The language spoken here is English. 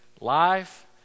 Life